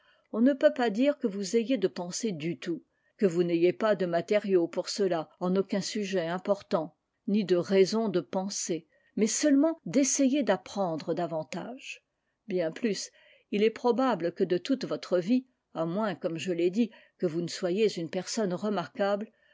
on ne peut pas dire que vous ayez de pensée du tout que vous n'avez pas de matériaux pour cela en aucun sujet important i ni de i l'education moderne consiste la plupart du temps rendre penser mais seulement d'essayer raisons de penser mais seulement d'essayer d'apprendre davantage bien plus il est probable que de toute votre vie à moins comme je l'ai dit que vous ne soyez une personne remarquable